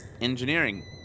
engineering